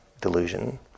delusion